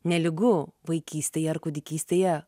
nelygu vaikystėje ar kūdikystėje